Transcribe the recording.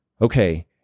okay